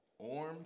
orms